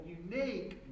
unique